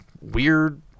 weird